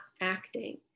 acting